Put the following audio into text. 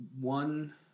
One